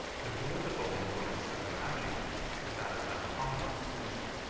the political influence of the magian with that of the mahometan religion,